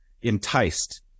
enticed